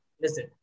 Listen